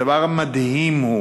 הדבר המדהים הוא